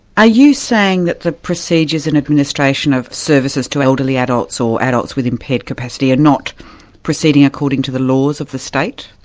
ah you saying that the procedures and administration of services to elderly adults or adults with impaired capacity are not proceeding according to the laws of state?